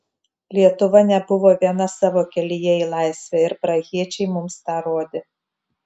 lietuva nebuvo viena savo kelyje į laisvę ir prahiečiai mums tą rodė